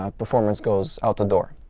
ah performance goes out the door.